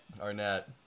arnett